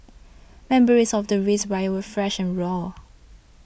memories of the race riots were fresh and raw